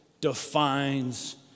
defines